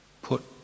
put